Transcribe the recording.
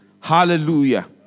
Hallelujah